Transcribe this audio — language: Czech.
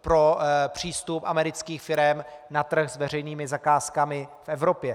pro přístup amerických firem na trh s veřejnými zakázkami v Evropě.